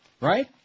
Right